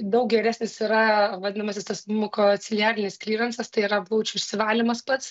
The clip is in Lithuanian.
daug geresnis yra vadinamasis tas mukociliarinis klirensas tai yra plaučių išsivalymas pats